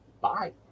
Bye